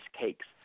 cakes